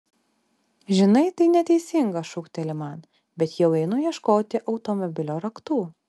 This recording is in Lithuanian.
žinai tai neteisinga šūkteli man bet jau einu ieškoti automobilio raktų